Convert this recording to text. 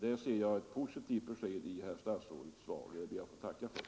Däri ser jag ett positivt besked i herr statsrådets svar, och det ber jag att få tacka för.